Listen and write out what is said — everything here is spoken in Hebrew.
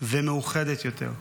ומאוחדת יותר.